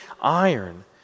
iron